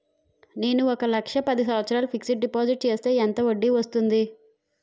నేను ఒక లక్ష పది సంవత్సారాలు ఫిక్సడ్ డిపాజిట్ చేస్తే ఎంత వడ్డీ వస్తుంది?